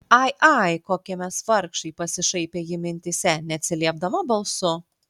ai ai kokie mes vargšai pasišaipė ji mintyse neatsiliepdama balsu